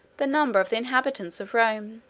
the number of the inhabitants of rome.